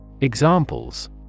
Examples